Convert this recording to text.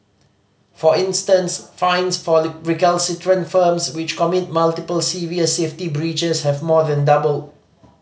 for instance fines for recalcitrant firms which commit multiple serious safety breaches have more than doubled